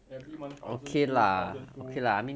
every month thousand two thousand two